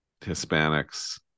Hispanics